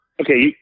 Okay